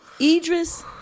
Idris